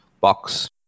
box